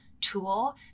tool